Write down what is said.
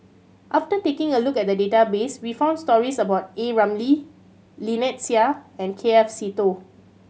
after taking a look at the database we found stories about A Ramli Lynnette Seah and K F Seetoh